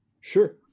sure